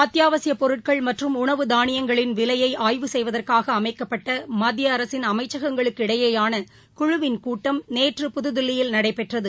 அத்தியாவசியப் பொருட்கள் மற்றும் உணவு தானியங்களின் விலையை ஆய்வு செய்வதற்காக அமைக்கப்பட்ட மத்திய அரசின் அமைக்கங்களுக்கு இடையேயான குழுவின் கூட்டம் நேற்று புதுதில்லியில் நடைபெற்றது